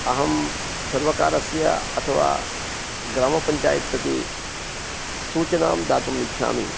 अहं सर्वकारस्य अथवा ग्रामपञ्चायत्प्रति सूचनाम् दातुम् इच्छामि